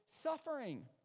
suffering